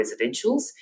residentials